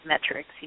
metrics